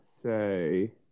say